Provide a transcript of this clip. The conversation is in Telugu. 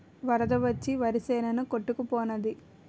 వరద వచ్చి వరిసేను కొట్టుకు పోనాది